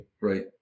right